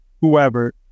whoever